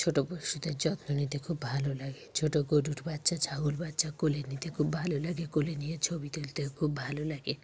ছোটো পশুদের যত্ন নিতে খুব ভালো লাগে ছোটো গরুর বাচ্চা ছাগল বাচ্চা কোলে নিতে খুব ভালো লাগে কোলে নিয়ে ছবি তুলতে খুব ভালো লাগে